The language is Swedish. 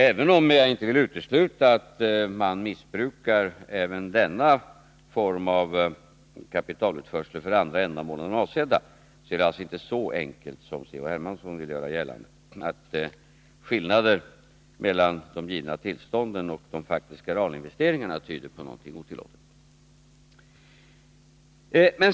Även om jag inte vill utesluta att också denna form av kapitalutförsel missbrukas för andra ändamål än de avsedda är det alltså inte så enkelt som Carl-Henrik Hermansson vill göra gällande, att skillnaden mellan de givna tillstånden och de faktiska realinvesteringarna tyder på någonting otillåtet.